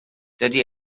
dydy